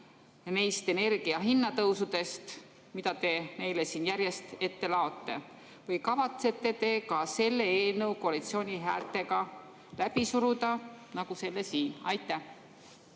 neist energia hinna tõusudest, mida te neile järjest ette laote või kavatsete te ka selle eelnõu koalitsiooni häältega läbi suruda nagu selle siin? Aitäh,